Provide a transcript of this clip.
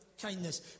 kindness